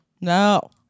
No